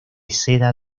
seda